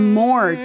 more